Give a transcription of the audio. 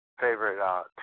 favorite